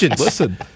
Listen